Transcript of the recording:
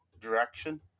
direction